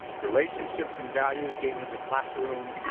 relationships and values gained in the classroom,